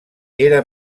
era